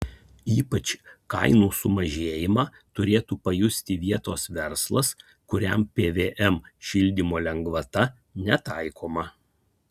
ypač kainų sumažėjimą turėtų pajusti vietos verslas kuriam pvm šildymo lengvata netaikoma